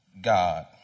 God